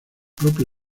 propio